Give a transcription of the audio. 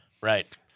Right